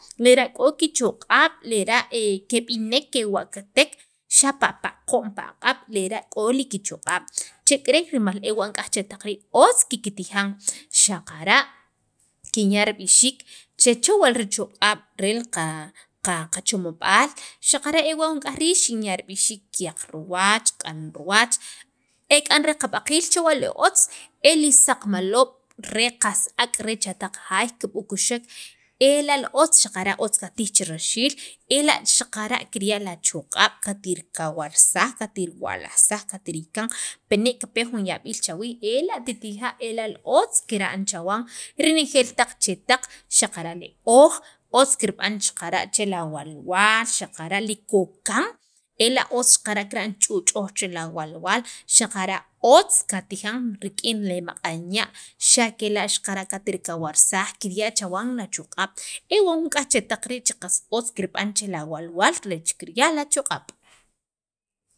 lera' k'o kichoq'ab' lera' keb'inek kewa'katek xapa' pi aqo'm pi aq'ab' lera' k'o ki li kichoq'ab' chek'eren rimal ewa' nik'yaj chetaq rii' otz kiktijan xaqara' kinya' rib'ixiik che chewa' richoq'ab' li qachomob'al xaqara' ewa' nik'yaj rii' che xinya' rib'ixiik, kyaq riwach q'an riwach, ek'an re li qab'aqiil chewa' qas otz el li saqmaloob' re qas ak' re chataq jaay re kib'uqxek xaqara' otz katij che raxiil ela' xaqara' kirya' li achoq'ab', katrikawarsaj, katirwa'lajsaj katriyakan pini' kipe jun yab'iil chawiij ela' tija' ela' otz kira'n chawan rinejeel taq chetaq xaqara' li ooj otz kirb'an xaqara' che lawalwaal xaqara' li kokan ela' otz xaqara' kirb'an ch'u'ch'oj che la walwaal xaqara' otz katijan rik'in maq'anya' xa' kela' xaqara' katrikarsaj kirya' chawan achoq'ab' ewa' nik'yaj chetaq rii' qas otz kirb'an che awalwaal kirya' achoq'ab'.